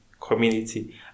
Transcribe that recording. community